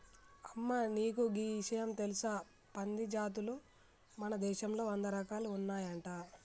అమ్మ నీకు గీ ఇషయం తెలుసా పంది జాతులు మన దేశంలో వంద రకాలు ఉన్నాయంట